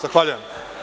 Zahvaljujem.